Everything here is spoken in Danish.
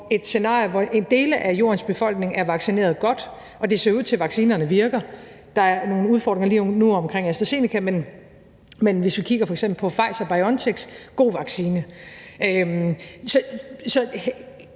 et scenarie, hvor dele af jordens befolkning er vaccineret godt – og det ser ud til, at vaccinerne virker, der er nogle udfordringer lige nu omkring AstraZeneca, men hvis vi kigger på f.eks. Pfizer-BioNTech, er det